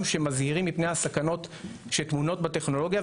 שמזהירים מפני הסכנות שטמונות בטכנולוגיה,